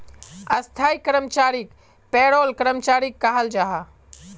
स्थाई कर्मचारीक पेरोल कर्मचारी कहाल जाहा